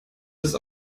ist